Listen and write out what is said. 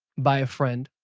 by a friend,